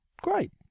great